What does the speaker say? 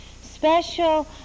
special